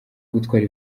gutwara